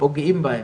פוגעים בהם,